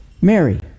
Mary